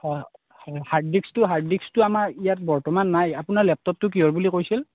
hard ডিস্কটো hard ডিস্কটো আমাৰ ইয়াত বৰ্নাতমান নাই আপোনাৰ লেপটপটো কিহৰ বুলি কৈছিল